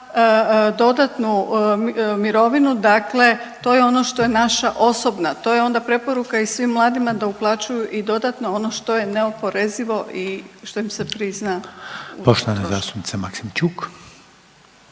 dodanu mirovinu. Dakle, to je ono što je naša osobna. To je onda preporuka i svim mladim da uplaćuju i dodatno ono što je neoporezivo i što im se prizna. **Reiner, Željko (HDZ)** Poštovana zastupnica Maksimčuk.